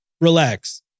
Relax